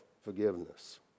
forgiveness